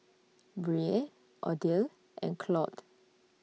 Brea Odile and Claude